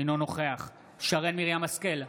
אינו נוכח שרן מרים השכל,